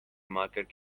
market